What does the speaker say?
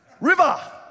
River